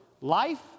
Life